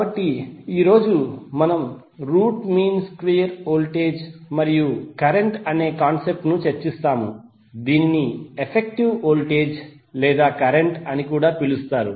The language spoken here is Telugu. కాబట్టి ఈ రోజు మనం రూట్ మీన్ స్క్వేర్ వోల్టేజ్ మరియు కరెంట్ అనే కాన్సెప్ట్ ను చర్చిస్తాము దీనిని ఎఫెక్టివ్ వోల్టేజ్ లేదా కరెంట్ అని కూడా పిలుస్తారు